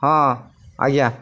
ହଁ ଆଜ୍ଞା